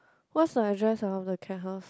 what's the address ah of the cat house